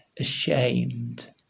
ashamed